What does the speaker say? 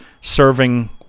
serving